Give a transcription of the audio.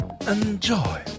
Enjoy